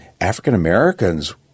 African-Americans